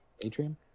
Atrium